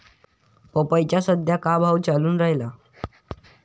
पपईचा सद्या का भाव चालून रायला?